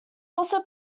also